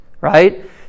right